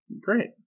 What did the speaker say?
Great